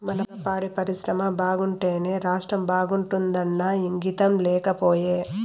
మన పాడి పరిశ్రమ బాగుంటేనే రాష్ట్రం బాగుంటాదన్న ఇంగితం లేకపాయే